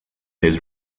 his